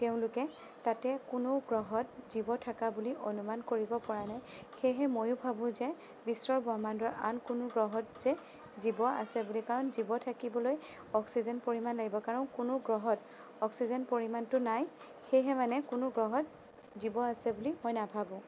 তেওঁলোকে তাতে কোনো গ্ৰহত জীৱ থকা বুলি অনুমান কৰিব পৰা নাই সেয়েহে ময়ো ভাবোঁ যে বিশ্বব্ৰহ্মাণ্ডৰ আন কোনো গ্ৰহত যে জীৱ আছে বুলি কাৰণ জীৱ থাকিবলৈ অক্সিজেন পৰিমাণ লাগিব কাৰণ কোনো গ্ৰহত অক্সিজেন পৰিমাণটো নাই সেয়েহে মানে কোনো গ্ৰহত জীৱ আছে বুলি মই নাভাবোঁ